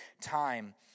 time